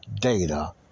data